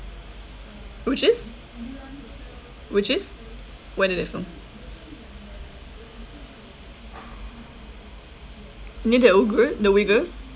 which is which is whether they from near the ogre the wiggers